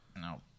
No